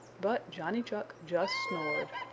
but johnny chuck just snored.